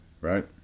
Right